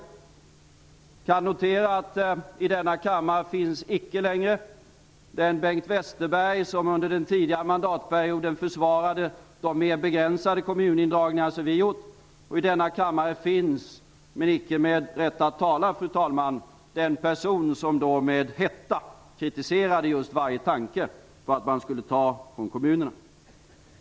Jag kan notera att det i denna kammare icke längre finns den Bengt Westerberg som under den tidigare mandatperioden försvarade de mer begränsade kommunindragningar som vi gjort. I denna kammare finns, men icke med rätt att tala, fru talman, den person som då med hetta kritiserade just varje tanke på att man skulle ta från kommunerna.